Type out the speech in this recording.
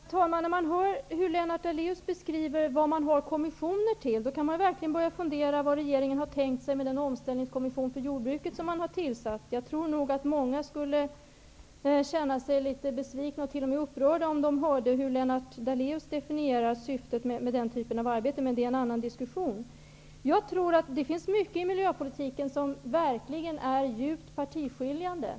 Herr talman! När man hör hur Lennart Daléus beskriver vad man har kommissioner till, kan man verkligen börja fundera på vad regeringen har tänkt sig med den omställningskommission för jordbruket som man har tillsatt. Jag tror nog att många skulle känna sig litet besvikna och t.o.m. litet upprörda om de hörde hur Lennart Daléus definierar syftet med den typen av arbete. Men det är en annan diskussion. Jag tror att det finns mycket i miljöpolitiken som verkligen är djupt partiskiljande.